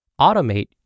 Automate